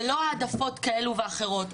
ללא העדפות כאלו או אחרות.